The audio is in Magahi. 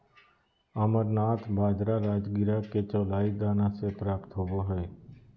अमरनाथ बाजरा राजगिरा के चौलाई दाना से प्राप्त होबा हइ